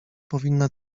powinna